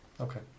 Okay